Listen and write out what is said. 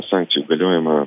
sankcijų galiojimą